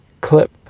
clip